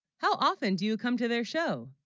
how often, do you come to their show